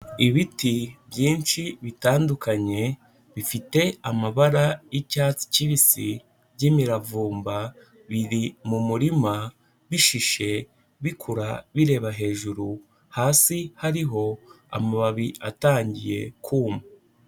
Ibiti byinshi bitandukanye bifite amabara y'icyatsi kibisi by'imiravumba, biri mu murima bishishe bikura bireba hejuru, hasi hariho amababi atangiye kuma.